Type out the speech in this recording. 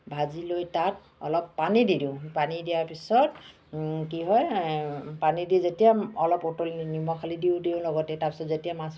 ভাজি লৈ তাত অলপ পানী দি দিওঁ পানী দিয়াৰ পিছত কি হয় পানী দি যেতিয়া অলপ উতলি নিমখ হালধিও দিওঁ লগতে তাৰপিছত যেতিয়া মাছ